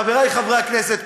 חברי חברי הכנסת,